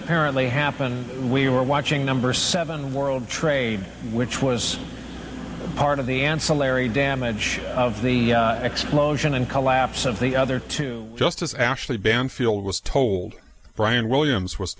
apparently happened we were watching number seven world trade which was part of the ancillary damage of the explosion and collapse of the other two just as ashley banfield was told brian williams was